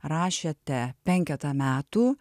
rašėte penketą metų